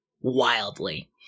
Wildly